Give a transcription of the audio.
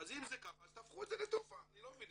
אז אם זה ככה אז תהפכו את זה לתרופה, אני לא מבין.